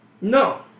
No